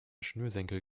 schnürsenkel